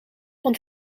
want